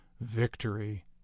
victory